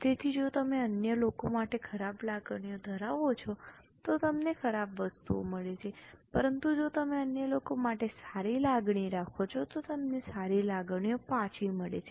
તેથી જો તમે અન્ય લોકો માટે ખરાબ લાગણીઓ ધરાવો છો તો તમને ખરાબ વસ્તુઓ મળે છે પરંતુ જો તમે અન્ય લોકો માટે સારી લાગણી રાખો છો તો તમને સારી લાગણીઓ પાછી મળે છે